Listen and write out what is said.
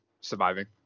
surviving